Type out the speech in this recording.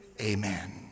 amen